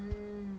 mm